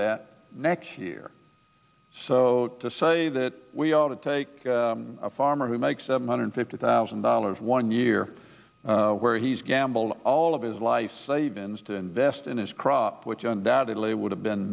that next year so to say that we are to take a farmer who makes seven hundred fifty thousand dollars one year where he's gambled all of his life savings to invest in his crop which undoubtedly would have been